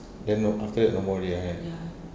then no after that no more already lah right